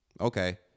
Okay